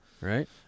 Right